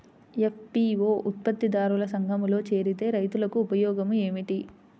FPO ఉత్పత్తి దారుల సంఘములో చేరితే రైతులకు ఉపయోగము ఏమిటి?